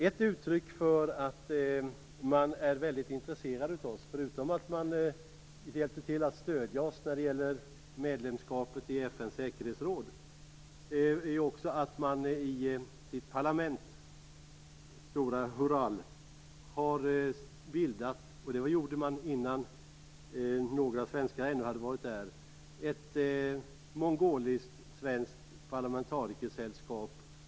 Ett uttryck för att man är väldigt intresserad av oss, förutom att man stödde oss när det gällde medlemskapet i FN:s säkerhetsråd, är också att man i sitt parlament, Stora Chural, har bildat ett mongolisktsvenskt parlamentarikersällskap. Det gjorde man innan några svenskar ännu hade varit där.